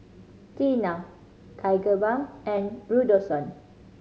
Tena Tigerbalm and Redoxon